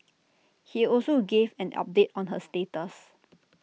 he also gave an update on her status